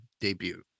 debut